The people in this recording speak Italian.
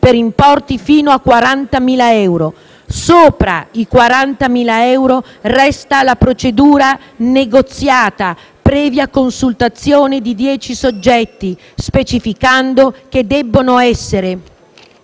per importi fino a 40.000 euro. Sopra i 40.000 euro resta la procedura negoziata, previa consultazione di dieci soggetti (specificando che debbono essere